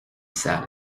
sale